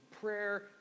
prayer